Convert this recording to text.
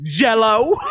Jello